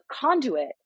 conduit